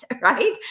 right